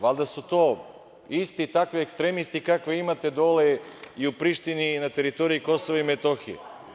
Valjda su to isti takvi ekstremisti kakve imate dole i u Prištini i na teritoriji Kosova i Metohije.